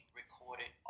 recorded